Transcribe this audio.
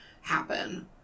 happen